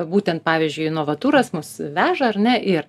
būtent pavyzdžiui novaturas mus veža ar ne ir